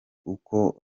uko